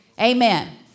Amen